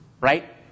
right